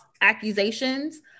accusations